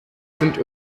sind